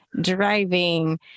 driving